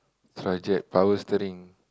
that's why I check power steering